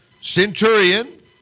centurion